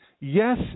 Yes